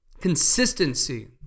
consistency